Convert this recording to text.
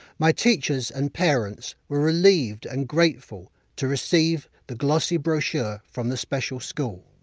my teachers and parents were relieved and grateful to receive the glossy brochure from the special school.